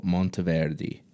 Monteverdi